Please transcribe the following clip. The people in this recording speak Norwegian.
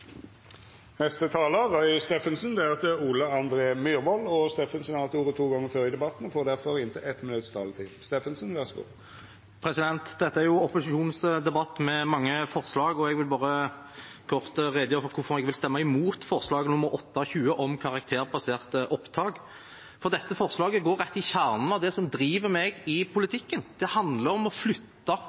Roy Steffensen har hatt ordet to gonger tidlegare i debatten og får ordet til ein kort merknad, avgrensa til 1 minutt. Dette er opposisjonens debatt med mange forslag, og jeg vil bare kort redegjøre for hvorfor jeg vil stemme imot forslag nr. 28, om karakterbaserte opptak. Dette forslaget går til kjernen av det som driver meg i politikken. Det handler om å flytte